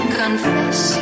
confess